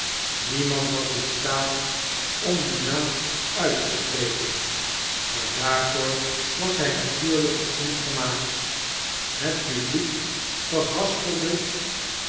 niemand was in staat om dien naam uit te spreken maar daarvoor was hy natuurlyk ook niet gemaakt het publiek verhaspelde